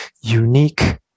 unique